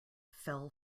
fell